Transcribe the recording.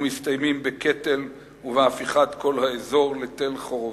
ומסתיימים בקטל ובהפיכת כל האזור לתל חורבות".